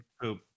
poop